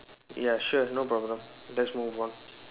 ya sure no problem let's move on